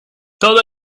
todo